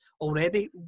already